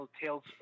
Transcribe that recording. Tales